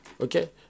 Okay